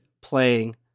playing